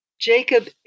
Jacob